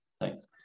thanks